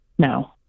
No